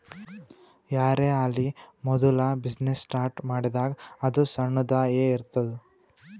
ಯಾರೇ ಆಲಿ ಮೋದುಲ ಬಿಸಿನ್ನೆಸ್ ಸ್ಟಾರ್ಟ್ ಮಾಡಿದಾಗ್ ಅದು ಸಣ್ಣುದ ಎ ಇರ್ತುದ್